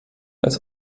als